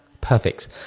Perfect